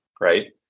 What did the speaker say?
right